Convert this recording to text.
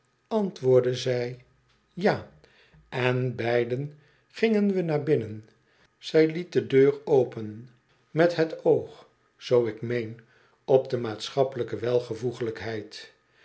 antwoordde zij ja en beiden gingen we naar binnen zij liet de deur open met het oog zoo ik meen op de maatschappelijke